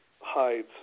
hides